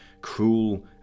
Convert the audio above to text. cruel